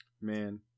Man